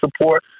support